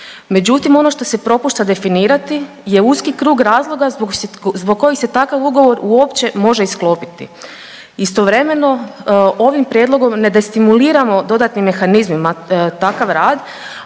međutim, ono što se propušta definirati jer uski krug razloga zbog kojih se takav ugovor uopće može i sklopiti. Istovremeno, ovim prijedlogom ne destimuliramo dodatnim mehanizmima takav rad,